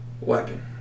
weapon